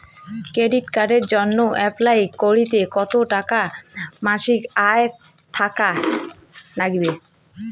Credit কার্ডের জইন্যে apply করিতে কতো টাকা মাসিক আয় থাকা নাগবে?